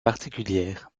particulières